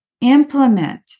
implement